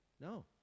no